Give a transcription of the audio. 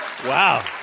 Wow